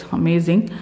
amazing